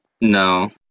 no